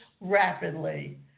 rapidly